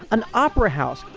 an opera house.